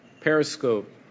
Periscope